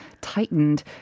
tightened